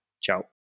ciao